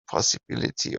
possibility